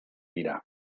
dira